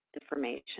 information